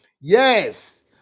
yes